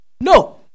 No